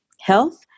health